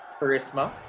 charisma